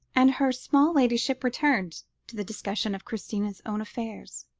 and her small ladyship returned to the discussion of christina's own affairs.